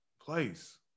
place